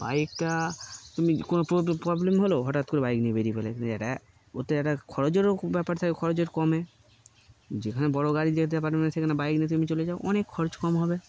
বাইকটা তুমি কোনো প্রবলেম হলেও হঠাৎ করে বাইক নিয়ে বেরিয়ে ফেলে কিন্তু একটা ওতে একটা খরচেরও ব্যাপার থাকে খরচের কমে যেখানে বড়ো গাড়ি যেতে পারবে না সেখানে বাইক নিয়ে তুমি চলে যাও অনেক খরচ কম হবে